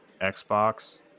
xbox